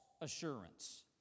assurance